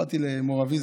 באתי למו"ר אבי,